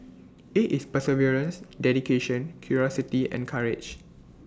IT is perseverance dedication curiosity and courage